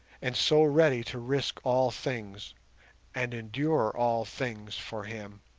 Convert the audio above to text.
and so ready to risk all things and endure all things for him,